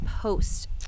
post